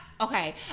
Okay